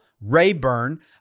Rayburn